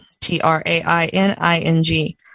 T-R-A-I-N-I-N-G